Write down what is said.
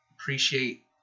appreciate